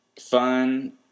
fun